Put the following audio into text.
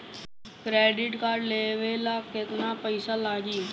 Credit card लेवे ला केतना पइसा लागी?